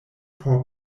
por